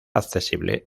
accesible